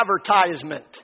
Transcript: advertisement